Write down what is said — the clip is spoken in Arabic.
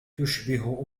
تشبه